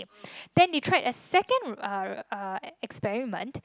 then they tried a second uh uh experiment